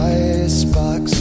icebox